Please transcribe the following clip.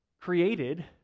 created